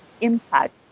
impact